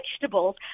vegetables